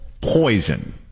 poison